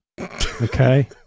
Okay